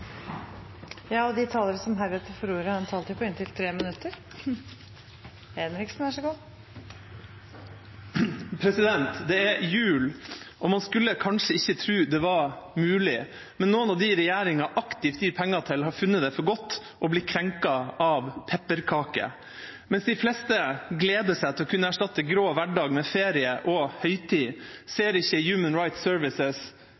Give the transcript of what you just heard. De talere som heretter får ordet, har en taletid på inntil 3 minutter. Det er jul, og man skulle kanskje ikke tro det var mulig, men noen av de regjeringa aktivt gir penger til, har funnet det for godt å bli krenket av pepperkaker. Mens de fleste gleder seg til å kunne erstatte grå hverdag med ferie og høytid,